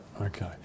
Okay